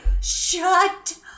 Shut